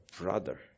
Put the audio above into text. brother